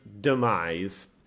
demise